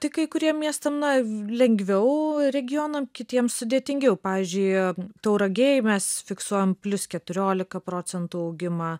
tik kai kurie miestam na lengviau regionam kitiem sudėtingiau pavyzdžiui tauragėj mes fiksuojam plius keturiolika procentų augimą